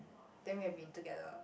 then we had been together